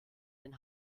den